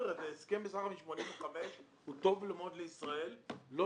הסכם מסחר מ-1985 הוא טוב מאוד לישראל ולא